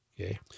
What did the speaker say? Okay